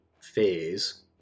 phase